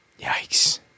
Yikes